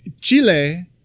Chile